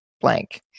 blank